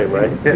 right